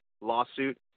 lawsuit